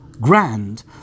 Grand